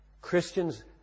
Christians